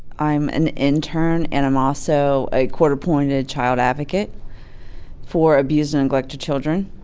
i'm an intern and i'm also a court-appointed child advocate for abused and neglected children,